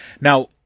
Now